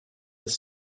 with